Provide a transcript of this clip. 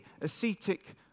ascetic